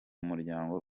muryango